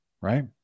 right